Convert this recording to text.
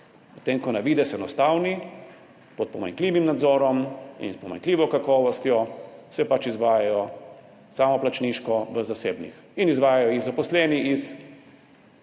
ko se pač na videz enostavni, pod pomanjkljivim nadzorom in s pomanjkljivo kakovostjo izvajajo samoplačniško v zasebnih, izvajajo pa jih zaposleni iz